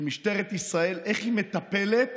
איך שמשטרת ישראל מטפלת